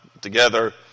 together